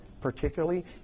particularly